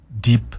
deep